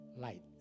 light